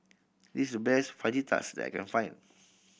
this is the best Fajitas that I can find